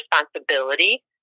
responsibility